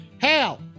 Hell